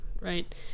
right